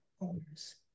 owners